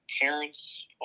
parents